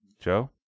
Joe